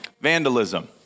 Vandalism